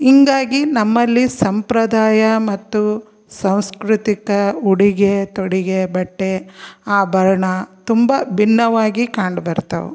ಹಿಂಗಾಗಿ ನಮ್ಮಲ್ಲಿ ಸಂಪ್ರದಾಯ ಮತ್ತು ಸಾಂಸ್ಕೃತಿಕ ಉಡುಗೆ ತೊಡುಗೆ ಬಟ್ಟೆ ಆಭರಣ ತುಂಬ ಭಿನ್ನವಾಗಿ ಕಂಡು ಬರ್ತವೆ